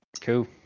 cool